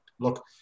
Look